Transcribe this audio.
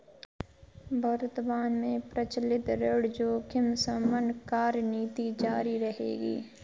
वर्तमान में प्रचलित ऋण जोखिम शमन कार्यनीति जारी रहेगी